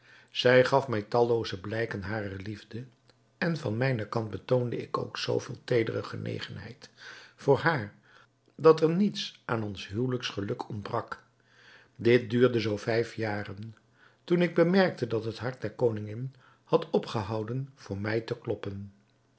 zij gaf mij tallooze blijken harer liefde en van mijnen kant betoonde ik ook zooveel teedere genegenheid voor haar dat er niets aan ons huwelijksgeluk ontbrak dit duurde zoo vijf jaren toen ik bemerkte dat het hart der koningin had opgehouden voor mij te kloppen